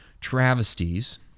travesties